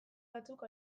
batzuk